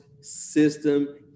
system